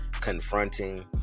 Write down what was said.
confronting